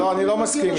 לא, אני לא מסכים איתך.